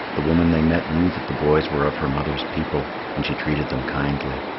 the woman they met knew that the boys were of her mother's people, and she treated them kindly.